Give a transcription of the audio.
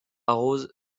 arrose